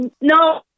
No